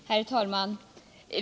Herr talman!